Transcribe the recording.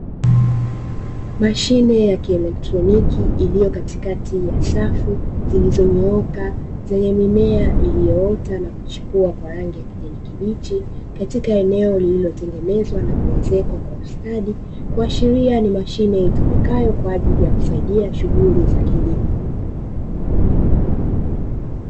Mashine ya kieletroniki iliyo katika ya safu zilizonyooka yenye mimea iliyoota na kuchipua kwa rangi ya kijani kibichi katika eneo lililotengenezwa na kuezekwa kwa ustadi kuashilia ni mashine itumikayo kwajili ya kusaidia shughuli za kilimo.